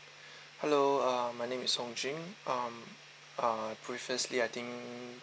hello uh my name is hong jing um uh previously I think